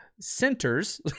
centers